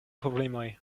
problemoj